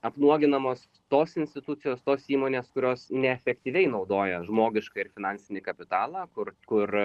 apnuoginamos tos institucijos tos įmonės kurios neefektyviai naudoja žmogišką ir finansinį kapitalą kur kur